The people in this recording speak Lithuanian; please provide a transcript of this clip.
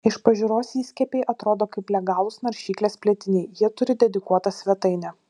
iš pažiūros įskiepiai atrodo kaip legalūs naršyklės plėtiniai jie turi dedikuotą svetainę